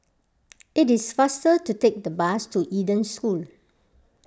it is faster to take the bus to Eden School